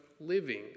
living